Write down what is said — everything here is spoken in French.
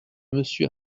monsieur